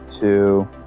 two